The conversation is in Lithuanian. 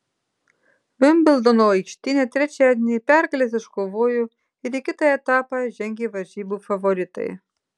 vimbldono aikštyne trečiadienį pergales iškovojo ir į kitą etapą žengė varžybų favoritai